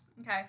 Okay